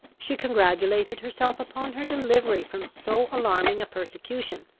she congratulated herself upon her delivery from so alarming a persecution,